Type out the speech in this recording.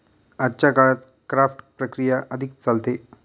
आजच्या काळात क्राफ्ट प्रक्रिया अधिक चालते